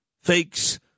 Fakes